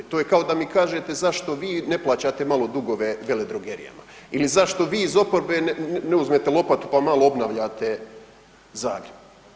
To je kao da mi kažete zašto vi ne plaćate malo dugove veledrogerijama ili zašto vi iz oporbe ne uzmete lopatu pa malo obnavljate Zagreb.